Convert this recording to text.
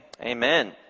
Amen